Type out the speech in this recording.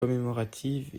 commémorative